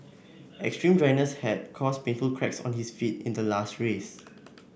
extreme dryness had caused painful cracks on his feet in the last race